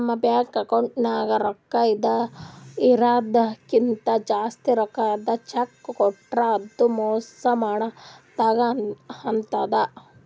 ನಮ್ ಬ್ಯಾಂಕ್ ಅಕೌಂಟ್ದಾಗ್ ರೊಕ್ಕಾ ಇರದಕ್ಕಿಂತ್ ಜಾಸ್ತಿ ರೊಕ್ಕದ್ ಚೆಕ್ಕ್ ಕೊಟ್ರ್ ಅದು ಮೋಸ ಮಾಡದಂಗ್ ಆತದ್